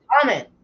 comment